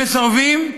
הם מסרבים,